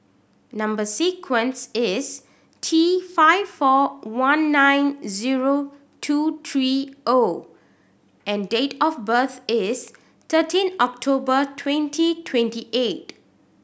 number sequence is T five four one nine zero two three O and date of birth is thirteen October twenty twenty eight